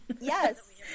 yes